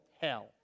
hell